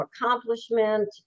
accomplishment